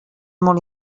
molt